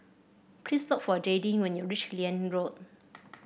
please look for Jadyn when you reach Liane Road